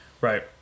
Right